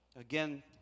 Again